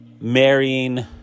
marrying